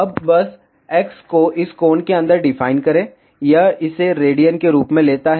अब बस x को इस कोण के अंदर डिफाइन करें यह इसे रेडियन के रूप में लेता है